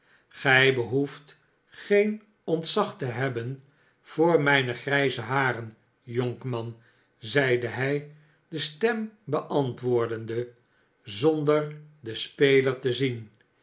gij behoeft geen ontzag te hebben voor mijne grijze haren jonkmanp zeide hij de stem beantwoordende zonder den speker te zien